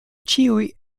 ĉiuj